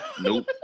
Nope